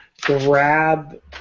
grab